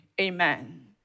amen